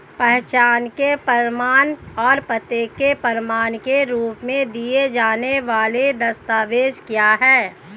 पहचान के प्रमाण और पते के प्रमाण के रूप में दिए जाने वाले दस्तावेज क्या हैं?